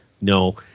No